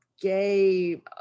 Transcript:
gay